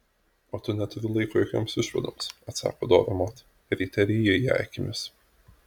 o tu neturi laiko jokioms išvadoms atsako dora mod ryte ryji ją akimis